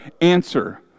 answer